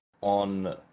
on